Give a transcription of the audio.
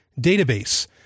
database